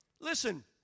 Listen